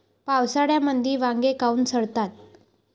पावसाळ्यामंदी वांगे काऊन सडतात?